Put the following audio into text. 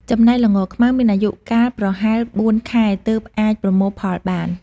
ចំណែកល្ងខ្មៅ មានអាយុកាលប្រហែល ៤ ខែទើបអាចប្រមូលផលបាន។